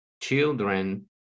children